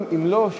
אם לא,